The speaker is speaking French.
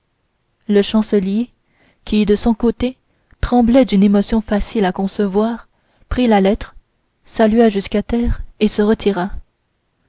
le chancelier qui de son côté tremblait d'une émotion facile à concevoir prit la lettre salua jusqu'à terre et se retira